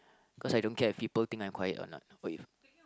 cause I don't care if people think I'm quiet or not